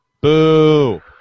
Boo